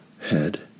head